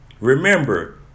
Remember